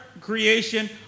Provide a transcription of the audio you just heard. creation